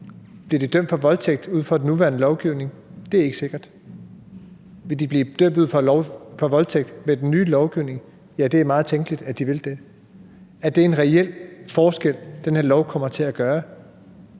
Bliver de dømt for voldtægt ud fra den nuværende lovgivning? Det er ikke sikkert. Vil de blive dømt for voldtægt ud fra den nye lovgivning? Ja, det er meget tænkeligt, at de vil det. Er det en reel forskel, den her lov kommer til at gøre?